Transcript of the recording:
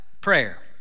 prayer